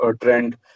trend